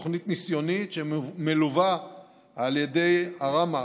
תוכנית ניסיונית שמלווה על ידי ראמ"ה,